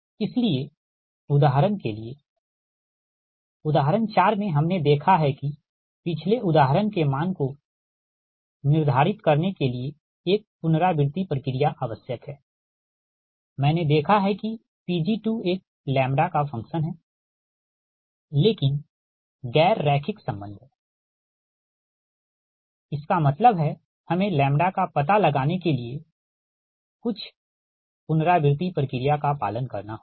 इसलिए उदाहरण के लिए उदाहरण 4 में हमने देखा है कि पिछले उदाहरण के मान को निर्धारित करने के लिए एक पुनरावृति प्रक्रिया आवश्यक हैमैंने देखा है किPg2एक का फ़ंक्शन है लेकिन गैर रैखिक संबंध है ठीक इसका मतलब है हमें लैम्ब्डा का पता लगाने के लिए कुछ पुनरावृति प्रक्रिया का पालन करना होगा